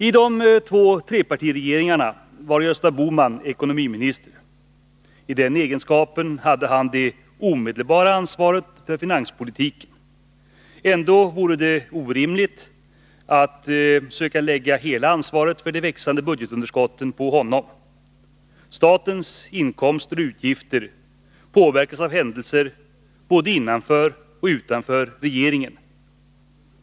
I de två trepartiregeringarna var Gösta Bohman ekonomiminister. I den egenskapen hade han det omedelbara ansvaret för finanspolitiken. Ändå vore det orimligt att söka lägga hela ansvaret för de växande budgetunderskotten på honom. Statens inkomster och utgifter påverkas av händelser både innanför och utanför regeringen.